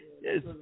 Yes